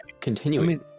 Continuing